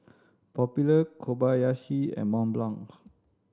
Popular Kobayashi and Mont Blanc